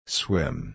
swim